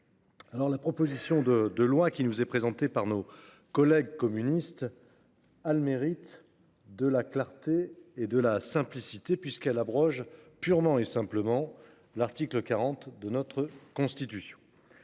La proposition de loi présentée par nos collègues communistes a le mérite de la simplicité et de la clarté, puisqu’elle abroge purement et simplement l’article 40 de la Constitution.